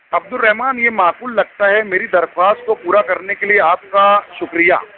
عبدالرحمٰن يہ معقول لگتا ہے ميرى درخواست کو پورا کرنے کے لیے آپ کا شکریہ